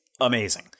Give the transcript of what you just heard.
amazing